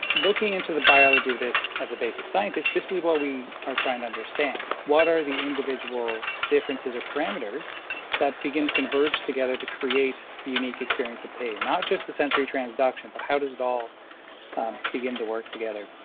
looking into the biology of this as a basic scientist, this is what we are trying to understand. what are the individual differences or parameters that begin to converge together to create the unique experience of pain, not just the sensory transduction, but how does it all begin to work together?